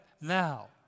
Now